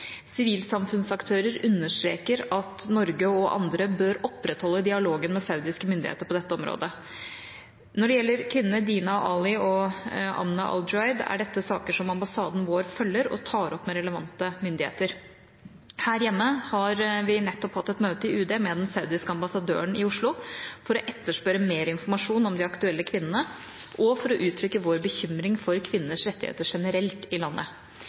Sivilsamfunnsaktører understreker at Norge og andre bør opprettholde dialogen med saudiske myndigheter på dette området. Når det gjelder kvinnene Dina Ali og Amna Al-Juaid, er dette saker som ambassaden vår følger, og tar opp med relevante myndigheter. Her hjemme har vi nettopp hatt et møte i UD med den saudiske ambassadøren i Oslo for å etterspørre mer informasjon om de aktuelle kvinnene og for å uttrykke vår bekymring over kvinners rettigheter generelt i landet.